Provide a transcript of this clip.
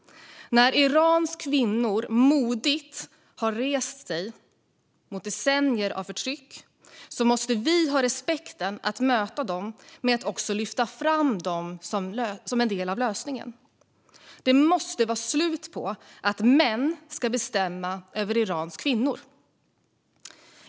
När Irans kvinnor modigt har rest sig mot decennier av förtyck måste vi ha respekten att möta dem med att lyfta fram dem som en del av lösningen. Det måste vara slut med att män ska bestämma över Irans kvinnor.